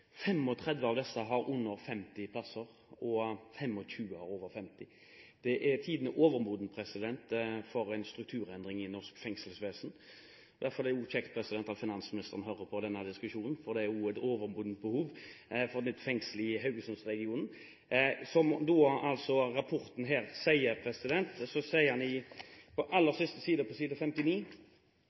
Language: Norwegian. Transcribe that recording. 35 av disse har under 50 plasser, og 25 har over 50. Tiden er overmoden for en strukturendring i norsk fengselsvesen. Derfor er det kjekt at finansministeren hører på denne diskusjonen, for det er et overmodent behov for et nytt fengsel i Haugesund-regionen. På side 59